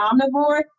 omnivore